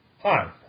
Hi